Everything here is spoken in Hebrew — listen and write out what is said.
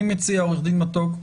אני מציע, עו"ד מתוק,